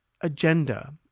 agenda